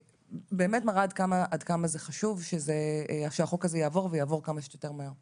באמת מראה עד כמה זה חשוב שהחוק הזה יעבור ויעבור כמה שיותר מהר.